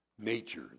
nature